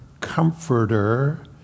comforter